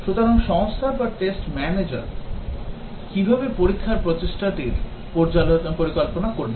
সুতরাং সংস্থা বা test manager কীভাবে পরীক্ষার প্রচেষ্টাটির পরিকল্পনা করবেন